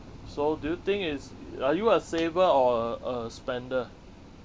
so do you think is are you a saver or a a spender